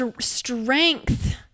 strength